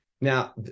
Now